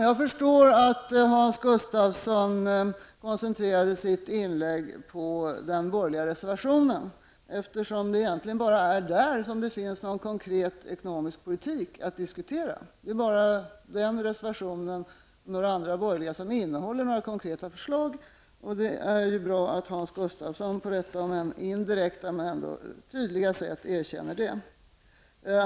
Jag förstår att Hans Gustafsson koncentrerade sitt inlägg till den borgerliga reservationen, eftersom det egentligen bara är där som det finns någon konkret ekonomisk politik att diskutera. Det är bara den reservationen och några andra borgerliga som innehåller några konkreta förslag. Det är ju bra att Hans Gustafsosn erkänner det på detta om än indirekta, men ändå tydliga sätt.